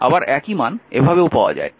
আবার একই মান এভাবেও পাওয়া যায়